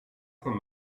saint